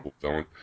villain